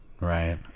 Right